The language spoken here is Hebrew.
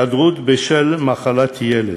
הצעת חוק דמי מחלה (היעדרות בשל מחלת ילד)